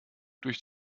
durch